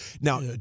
Now